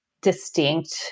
distinct